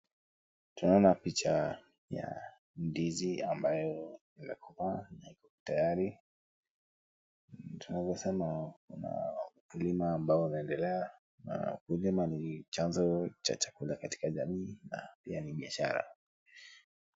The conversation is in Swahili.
Tunaona picha ya ndizi ambayo ni la kupaa na iko tayari. Tunaweza sema kuna ukulima ambao unaendelea na ukulima ni chanzo cha chakula katika jamii na pia ni biashara.